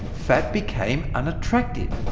fat became unattractive.